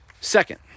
Second